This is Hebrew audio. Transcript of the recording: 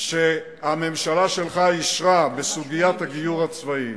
שהממשלה שלך אישרה בסוגיית הגיור הצבאי.